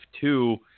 two